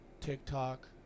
TikTok